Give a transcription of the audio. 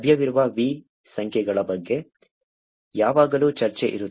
ಲಭ್ಯವಿರುವ V ಸಂಖ್ಯೆಗಳ ಬಗ್ಗೆ ಯಾವಾಗಲೂ ಚರ್ಚೆ ಇರುತ್ತದೆ